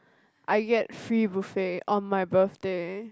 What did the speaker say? I get free buffet on my birthday